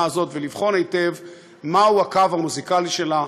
הזאת ולבחון היטב מהו הקו המוזיקלי שלה,